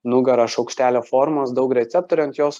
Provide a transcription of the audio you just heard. nugara šaukštelio formos daug receptorių ant jos